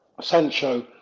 Sancho